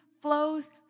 flows